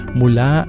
mula